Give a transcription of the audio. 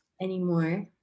anymore